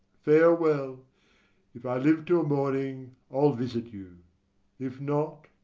farewell if i live till morning, i'll visit you if not,